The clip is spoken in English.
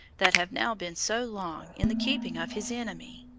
that have now been so long in the keeping of his enemy.